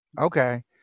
okay